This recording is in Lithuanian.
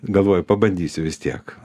galvoju pabandysiu vis tiek